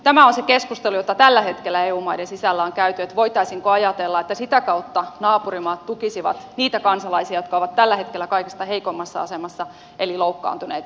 tämä on se keskustelu jota tällä hetkellä eu maiden sisällä on käyty että voitaisiinko ajatella että sitä kautta naapurimaat tukisivat niitä kansalaisia jotka ovat tällä hetkellä kaikista heikoimmassa asemassa eli loukkaantuneita